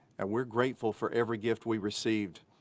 and we're grateful for every gift we received,